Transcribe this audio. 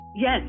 Yes